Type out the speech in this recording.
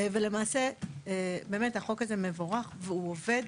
ולמעשה באמת החוק הזה מבורך והוא עובד.